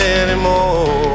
anymore